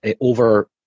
over